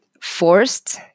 forced